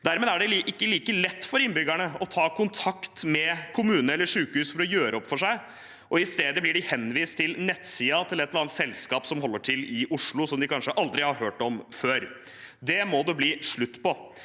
Dermed er det ikke like lett for innbyggerne å ta kontakt med kommuner eller sykehus for å gjøre opp for seg. I stedet blir de henvist til nettsiden til et eller annet selskap som holder til i Oslo, som de kanskje aldri har hørt om før. Det må det bli slutt på.